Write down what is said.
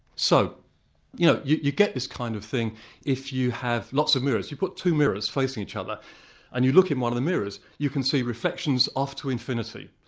so you know you you get this kind of thing if you have lots of mirrors. you put two mirrors facing each other and you look in one of the mirrors. you can see reflections off to infinity.